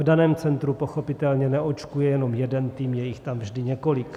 V daném centru pochopitelně neočkuje jenom jeden tým, je jich tam vždy několik.